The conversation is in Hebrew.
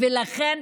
ולכן,